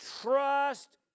trust